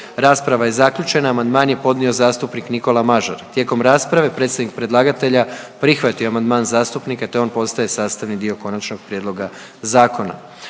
Rasprava je zaključena. Amandman je podnio zastupnik Nikola Mažar. Tijekom rasprave predstavnik predlagatelja prihvatio je amandman zastupnika, te on postaje sastavni dio konačnog prijedloga zakona.